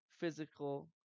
physical